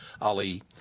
Ali